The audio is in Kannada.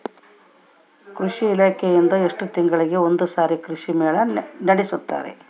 ಕೃಷಿ ಇಲಾಖೆಯಿಂದ ಎಷ್ಟು ತಿಂಗಳಿಗೆ ಒಂದುಸಾರಿ ಕೃಷಿ ಮೇಳ ನಡೆಸುತ್ತಾರೆ?